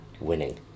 winning